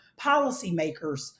policymakers